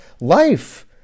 life